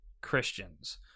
Christians